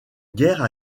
guère